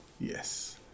Yes